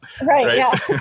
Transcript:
right